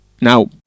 now